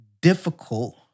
difficult